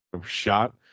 shot